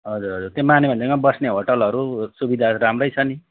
हजुर हजुर त्यहाँ माने भन्ज्याङमा बस्ने होटलहरू सुविधाहरू राम्रै छ नि